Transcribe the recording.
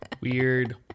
weird